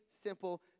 simple